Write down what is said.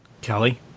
Kelly